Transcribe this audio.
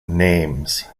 names